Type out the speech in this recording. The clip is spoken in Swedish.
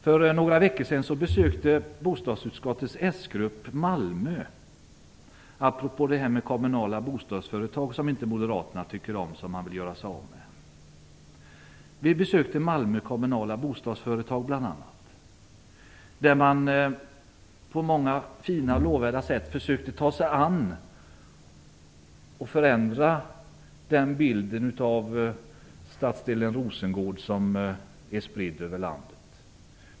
För några veckor sedan besökte bostadsutskottets s-grupp Malmö - detta berättar jag apropå att Moderaterna inte tycker om de kommunala bostadsföretagen utan vill göra sig av med dem. Vi besökte bl.a. Malmö kommunala bostadsföretag, och vi fick se vilka åtgärder man där vidtar för att på många fina och lovvärda sätt försöka ta sig an stadsdelen Rosengård och förändra den bild av stadsdelen som är spridd över landet.